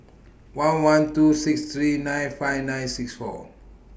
one one two six three nine five nine six four